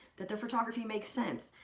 that the photography makes sense,